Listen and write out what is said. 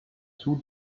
two